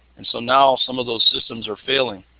and so now, some of those systems are failing.